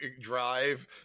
drive